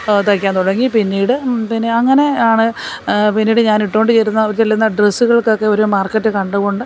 തയ്ക്കാൻ തുടങ്ങി പിന്നീട് പിന്നെ അങ്ങനെ ആണ് പിന്നീട് ഞാനിട്ടുകൊണ്ട് ചെല്ലുന്ന ഡ്രസ്സുകൾക്കൊക്കെ ഒരു മാർക്കറ്റ് കണ്ടുകൊണ്ട്